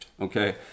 Okay